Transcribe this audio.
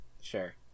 Sure